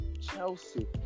Chelsea